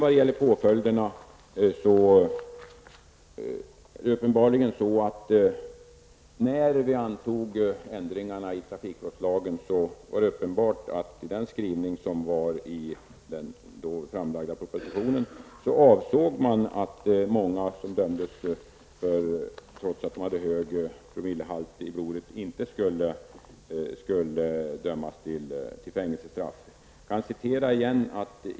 Vad gäller påföljderna är det uppenbarligen så att när vi antog ändringarna i trafikbrottslagen fanns det en skrivelse i den då framlagda propositionen som avsåg att många som dömdes trots att de hade höga promillehalter i blodet inte skulle dömas till fängelsestraff.